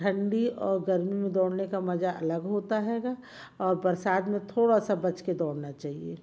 ठण्डी और गर्मी में दौड़ने का मज़ा अलग होता होगा और बरसात में थोड़ा सा बचके दौड़ना चाहिए